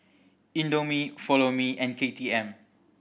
Indomie Follow Me and K T M